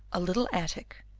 a little attic,